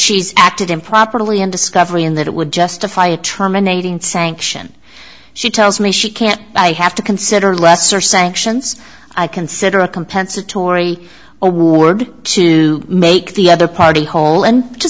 she's acted improperly in discovery and that it would justify a terminating sanction she tells me she can't i have to consider lesser sanctions i consider a compensatory award to make the other party whole and to